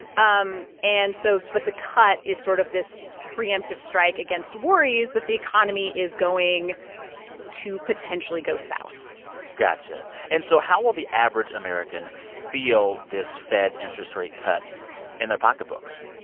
um and so but the cut is sort of this preemptive strike against worries that the economy is going to potentially go south gotcha. and so how will the average american feel this fed interest rate cut in their pocketbooks?